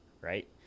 right